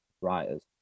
writers